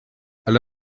ale